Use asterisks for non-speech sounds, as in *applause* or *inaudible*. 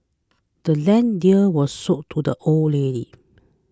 the land's deed was sold to the old lady *noise*